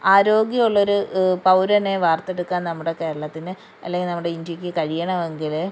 ആരോഗ്യമുള്ള ഒരു പൗരനെ വാർത്തെടുക്കാൻ നമ്മുടെ കേരളത്തിന് അല്ലെങ്കിൽ നമ്മുടെ ഇന്ത്യയ്ക്ക് കഴിയണമെങ്കിൽ